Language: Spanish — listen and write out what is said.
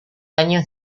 años